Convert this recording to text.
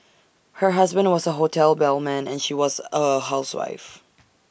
her husband was A hotel bellman and she was A housewife